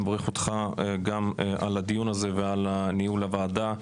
אני מברך אותך גם על הדיון הזה ועל ניהול הוועדה.